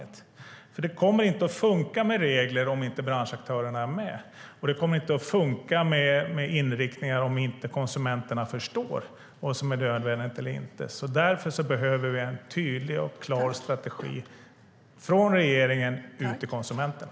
Det kommer nämligen inte att funka med regler om inte branschaktörerna är med. Och det kommer inte att funka med inriktningar om konsumenterna inte förstår vad som är nödvändigt eller inte. Därför behöver vi en tydlig och klar strategi från regeringen ut till konsumenterna.